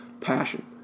passion